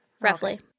roughly